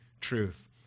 truth